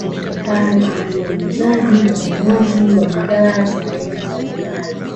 litumikalo kwa ajili ya uuzaji na ununuzi wa bidhaa za aina mbalimbali.